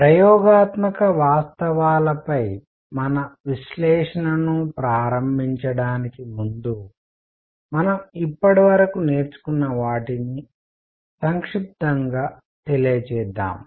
ప్రయోగాత్మక వాస్తవాలపై మన విశ్లేషణను ప్రారంభించడానికి ముందు మనం ఇప్పటివరకు నేర్చుకున్న వాటిని సంక్షిప్తంగా తెలియజేద్దాం